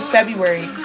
February